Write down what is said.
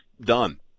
done